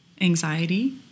anxiety